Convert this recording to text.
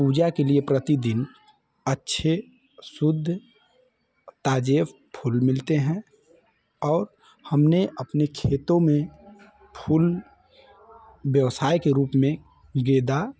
पूजा के लिए प्रतिदिन अच्छे शुद्ध ताज़े फूल मिलते हैं और हमने अपने खेतों में फूल व्यवसाय के रूप में गेंदा